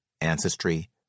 ancestry